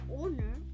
owner